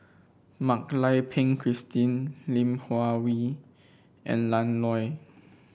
Mak Lai Peng Christine Lim Hua Hwee and Lan Loy